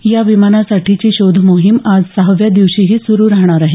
या विमानासाठीची शोधमोहीम आज सहाव्या दिवशीही सुरू राहणार आहे